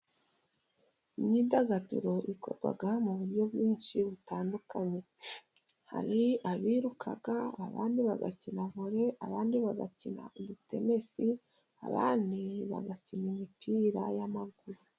Imyidagaduro ikorwa mu buryo bwinshi butandukanye. Hari abiruka, abandi bagakina vore, abandi bagakina udutenesi, abandi bagakina imipira y'amaguru.